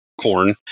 corn